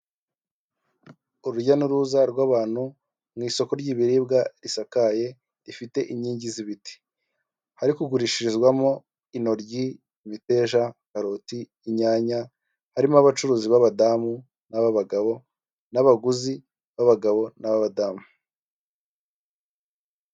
Urujya n’uruza rw’abantu mu isoko ry’ibiribwa risakaye rifite inkingi z’ibiti. Hari kugurishirizwamo inoryi, miteja, karoti, inyanya, harimo abacuruzi b’abadamu n’ab’abagabo, n’abaguzi b’abagabo n’ababadamu.